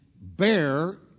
bear